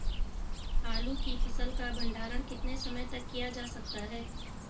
आलू की फसल का भंडारण कितने समय तक किया जा सकता है?